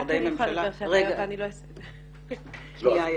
עד